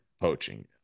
poaching